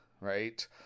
Right